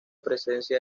presencia